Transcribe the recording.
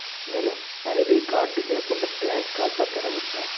నేను ID card లేకుండా bank ఖాతా తెరవచ్చా?